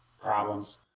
problems